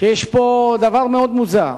שיש פה דבר מאוד מוזר.